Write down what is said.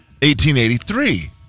1883